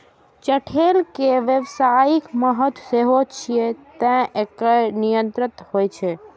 चठैल के व्यावसायिक महत्व सेहो छै, तें एकर निर्यात होइ छै